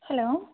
hello